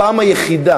הפעם היחידה